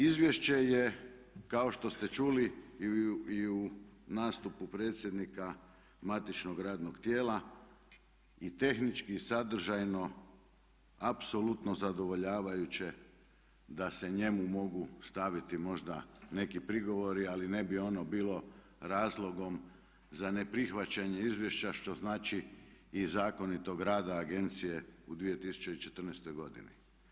Izvješće je kao što ste čuli i u nastupu predsjednika matičnog radnog tijela i tehnički i sadržajno apsolutno zadovoljavajuće da se njemu mogu staviti možda neki prigovori, ali ne bi ono bilo razlogom za neprihvaćanje izvješća što znači i zakonitog rada agencije u 2014. godini.